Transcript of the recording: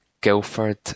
Guildford